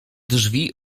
drzwi